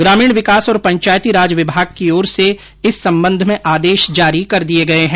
ग्रामीण विकास और पंचायती राज विभाग की ओर से इस संबंध में आदेश जारी कर दिये गये है